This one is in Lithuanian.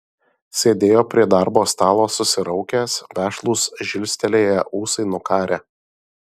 sėdėjo prie darbo stalo susiraukęs vešlūs žilstelėję ūsai nukarę